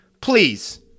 please